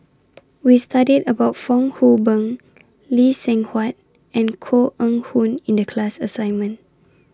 We studied about Fong Hoe Beng Lee Seng Huat and Koh Eng Hoon in The class assignment